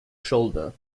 shoulder